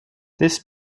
this